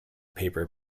paper